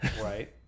Right